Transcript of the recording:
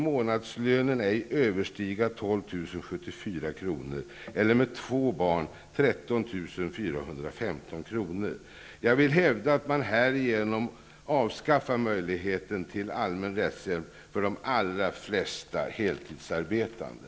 Jag vill hävda att man härigenom avskaffar möjligheten till allmän rättshjälp för de allra flesta heltidsarbetande.